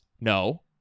No